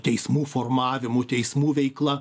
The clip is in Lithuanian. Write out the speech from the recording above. teismų formavimu teismų veikla